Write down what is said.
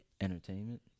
entertainment